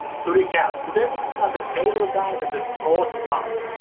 to recap, today we discussed the paleo diet and its pros and cons,